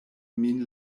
min